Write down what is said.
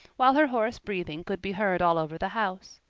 while her hoarse breathing could be heard all over the house.